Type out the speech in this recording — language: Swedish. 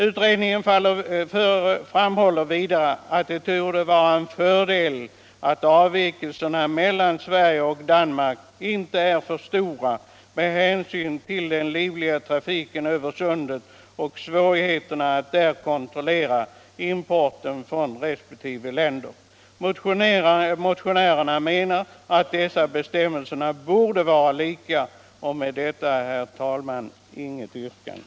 Utredningen framhåller att det torde vara en fördel att avvikelserna mellan Sverige och Danmark inte är för stora med hänsyn till den livliga trafiken över Sundet och svårigheterna att där kontrollera importen från resp. länder. Motionärerna menar också att bestämmelserna borde vara lika. Jag har, herr talman, inget yrkande.